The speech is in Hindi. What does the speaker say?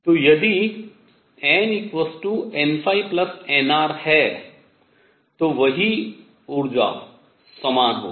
तो यदि nnnr हैं तो वही ऊर्जा समान होगी